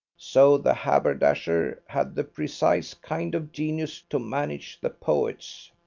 so the haberdasher had the precise kind of genius to manage the poets.